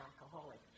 alcoholic